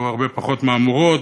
היו הרבה פחות מהמורות,